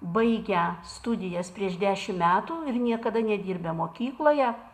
baigę studijas prieš dešim metų ir niekada nedirbę mokykloje